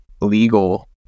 legal